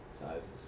sizes